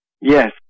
Yes